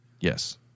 yes